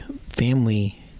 Family